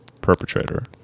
perpetrator